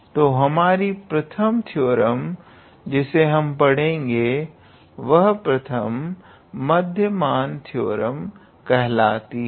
तो हमारी प्रथम थ्योरम जिसे हम पड़ेंगे वह प्रथम मध्यमान थ्योरम कहलाती है